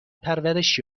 پرورش